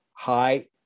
High